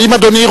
האם אדוני,